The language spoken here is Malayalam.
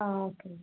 ആ ഓക്കെ